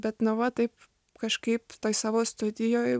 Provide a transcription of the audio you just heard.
bet na va taip kažkaip toj savo studijoj